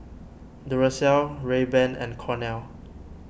Duracell Rayban and Cornell